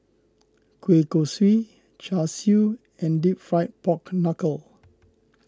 Kueh Kosui Char Siu and Deep Fried Pork Knuckle